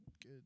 Good